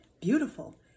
beautiful